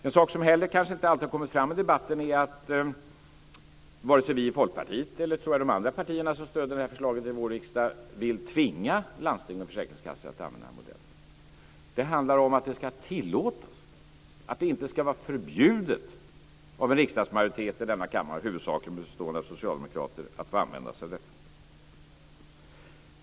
En sak som kanske inte heller alltid har kommit fram i debatten är att vare sig vi i Folkpartiet eller de andra partierna, tror jag, som stöder detta förslag i riksdagen vill tvinga landsting och försäkringskassor att använda den här modellen. Det handlar om att man ska tillåtas och inte förbjudas av en riksdagsmajoritet i denna kammare, huvudsakligen bestående av socialdemokrater, att få använda sig av detta.